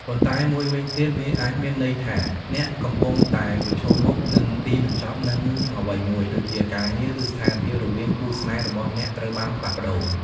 ប៉ុន្តែមួយវិញទៀត វាអាចមានន័យថា អ្នកកំពុងតែប្រឈមមុខ នឹងទីបញ្ចប់នឹងអ្វីមួយ ដូចជា ការងារ ឬស្ថានភាពរវាងគូស្នេហ៍របស់អ្នកត្រូវបានផ្លាស់ប្តូរ។